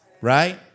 right